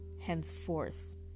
henceforth